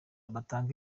batanga